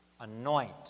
Anoint